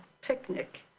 picnic